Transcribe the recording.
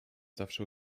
zawsze